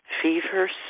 Fever